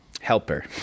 Helper